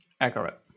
accurate